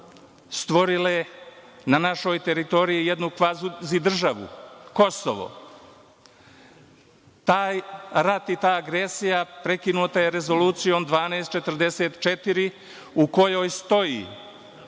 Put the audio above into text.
stvorile na našoj teritoriji jednu kvazi državu Kosovo. Taj rat i ta agresija prekinuta je Rezolucijom 1244, u kojoj stoji